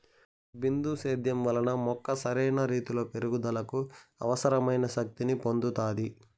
బిందు సేద్యం వలన మొక్క సరైన రీతీలో పెరుగుదలకు అవసరమైన శక్తి ని పొందుతాది